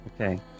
Okay